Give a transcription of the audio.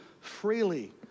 freely